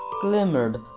glimmered